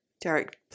Derek